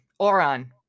Oron